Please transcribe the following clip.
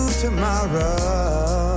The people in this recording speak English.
tomorrow